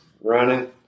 running